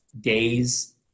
days